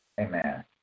Amen